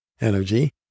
energy